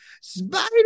Spider